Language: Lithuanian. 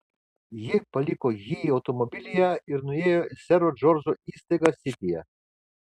ji paliko jį automobilyje ir nuėjo į sero džordžo įstaigą sityje